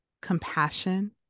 compassion